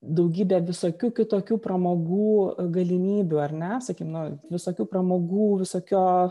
daugybę visokių kitokių pramogų galimybių ar ne sakim nu visokių pramogų visokio